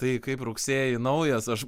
tai kaip rugsėjį naujas aš